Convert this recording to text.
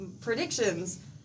Predictions